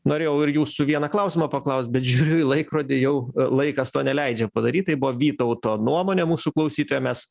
norėjau ir jūsų vieną klausimą paklaust bet žiūriu į laikrodį jau laikas to neleidžia padaryt tai buvo vytauto nuomonė mūsų klausytojo mes